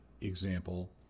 example